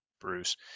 bruce